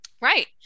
right